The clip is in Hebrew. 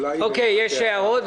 יש הערות?